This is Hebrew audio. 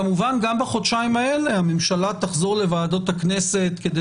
כמובן גם בחודשיים האלה הממשלה תחזור לוועדות הכנסת כדי